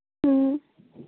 ꯎꯝ